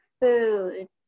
food